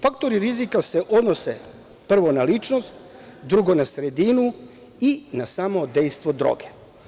Faktori rizika se odnose na ličnost, na sredinu i na samo dejstvo droge.